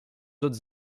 autres